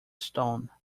stone